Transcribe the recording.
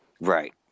right